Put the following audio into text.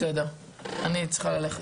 בסדר, אני צריכה ללכת.